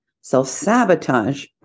self-sabotage